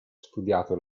studiato